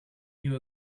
you